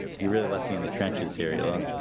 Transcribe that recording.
you really left me in the trenches here, you